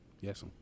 Yes